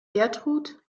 gertrud